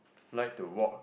like to walk